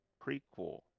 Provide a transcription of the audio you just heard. prequel